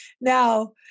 Now